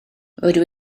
rydw